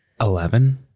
Eleven